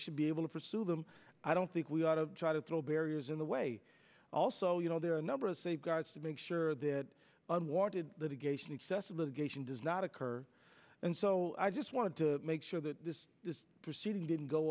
should be able to pursue them i don't think we ought to try to throw barriers in the way also you know there are a number of safeguards to make sure that unwanted litigation excessive litigation does not occur and so i just want to make sure that this is proceeding didn't go